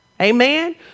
Amen